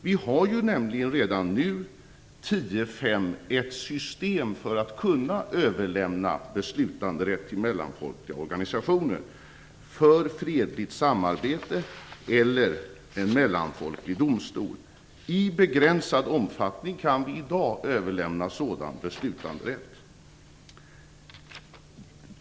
Vi har ju nämligen redan nu 10-5-1 system för att kunna överlämna beslutanderätt till mellanfolkliga organisationer för fredligt samarbete eller en mellanfolklig domstol. I begränsad omfattning kan vi i dag överlämna sådan beslutanderätt.